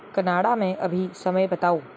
Canada में अभी समय बताओ